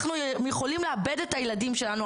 אנחנו יכולים לאבד את הילדים שלנו.